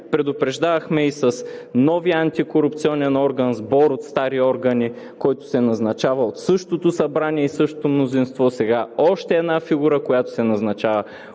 предупреждавахме и с новия антикорупционен орган, сбор от стари органи, който се назначава от същото Събрание и същото мнозинство. Сега още една фигура, която се назначава